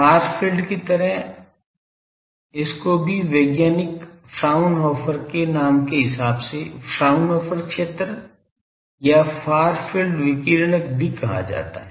फार field की तरह इसको भी वैज्ञानिक फ्राउन्होफर के नाम के हिसाब से फ्राउन्होफर क्षेत्र या फार फील्ड विकिरणक भी कहा जाता है